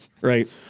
Right